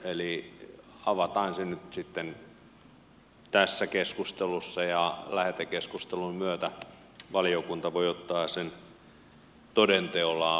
eli avataan se nyt sitten tässä keskustelussa ja lähetekeskustelun myötä valiokunta voi ottaa sen toden teolla auki